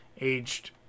aged